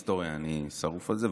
היסטוריה, אני שרוף על זה.